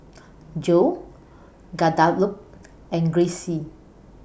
Jo Guadalupe and Grayce